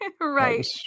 Right